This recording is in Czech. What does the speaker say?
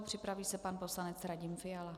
Připraví se pan poslanec Radim Fiala.